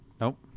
Nope